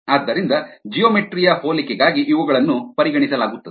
ಆದ್ದರಿಂದ ಜಿಯೋಮೆಟ್ರಿ ಯ ಹೋಲಿಕೆಗಾಗಿ ಇವುಗಳನ್ನು ಪರಿಗಣಿಸಲಾಗುತ್ತದೆ